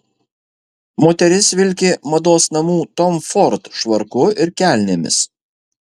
moteris vilki mados namų tom ford švarku ir kelnėmis